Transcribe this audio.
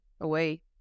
away